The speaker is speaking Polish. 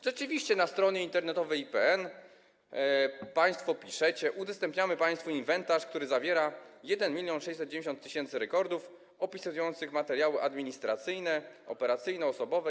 Rzeczywiście na stronie internetowej IPN państwo piszecie: Udostępniamy państwu inwentarz, który zawiera 1690 tys. rekordów opisujących materiały administracyjne, operacyjne, osobowe.